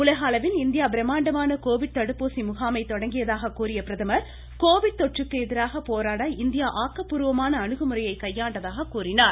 உலக அளவில் இந்தியா பிரம்மாண்டமான கோவிட் தடுப்பூசி ழகாமை தொடங்கியதாக கூறிய பிரதமர் கோவிட் தொற்றுக்கு எதிராக போராட இந்தியா ஆக்கப்பூர்வமான அணுகுமுறையை கையாண்டதாக கூறினார்